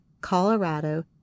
Colorado